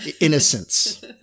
innocence